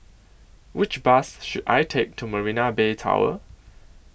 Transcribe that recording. Which Bus should I Take to Marina Bay Tower